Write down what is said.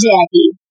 Jackie